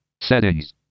Settings